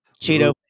Cheeto